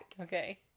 Okay